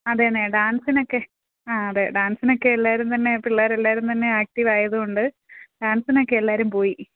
അതേന്നെ ഡാൻസിനൊക്കെ ആ അതെ ഡാൻസിനൊക്കെ എല്ലാവരും തന്നെ പിള്ളേർ എല്ലാവരും തന്നെ ആക്റ്റീവ് ആയതുകൊണ്ട് ഡാൻസിനൊക്കെ എല്ലാവരും പോയി